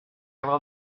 will